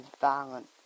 violent